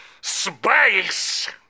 Space